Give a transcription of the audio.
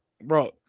Bro